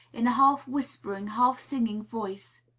in a half-whispering, half-singing voice,